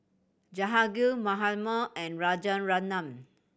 Jehangirr Mahatma and Rajaratnam